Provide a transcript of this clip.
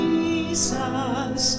Jesus